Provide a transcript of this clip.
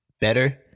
better